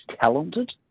talented